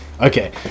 okay